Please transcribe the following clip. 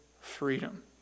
freedom